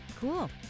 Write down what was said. Cool